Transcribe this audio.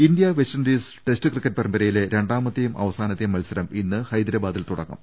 India West Indies test cricket പരമ്പരയിലെ രണ്ടാമത്തെയും അവസാനത്തെയും മത്സരം ഇന്ന് ഹൈദരാബാ ദിൽ തുടങ്ങും